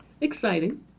Exciting